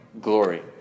Glory